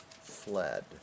fled